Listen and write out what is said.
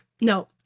No